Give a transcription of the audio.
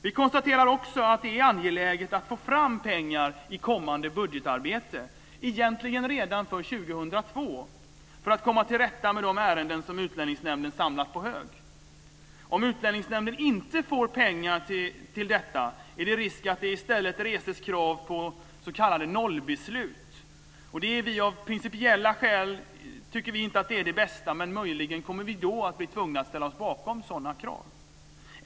Vi konstaterar också att det är angeläget att få fram pengar i kommande budgetarbete, egentligen redan för 2002, för att komma till rätta med de ärenden som Utlänningsnämnden samlat på hög. Om Utlänningsnämnden inte får pengar till detta är det risk att det i stället reses krav på "nollbeslut". Av principiella skäl tycker vi inte att det är det bästa, men möjligen kommer vi kanske att bli tvungna att ställa oss bakom sådana krav.